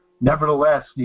Nevertheless